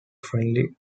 friendly